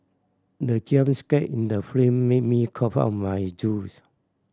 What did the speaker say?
the jump scare in the film made me cough out my juice